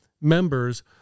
members